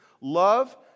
Love